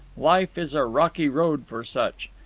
life is a rocky road for such.